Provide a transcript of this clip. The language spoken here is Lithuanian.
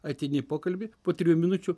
ateini į pokalbį po trijų minučių